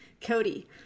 Cody